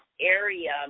area